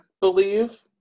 believe